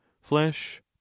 flesh